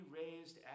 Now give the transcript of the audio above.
raised